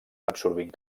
absorbint